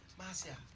marcia,